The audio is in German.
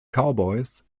cowboys